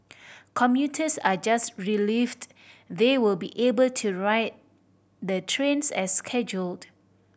commuters are just relieved they will be able to ride the trains as scheduled